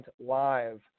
live